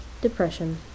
depression